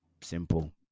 Simple